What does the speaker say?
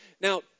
Now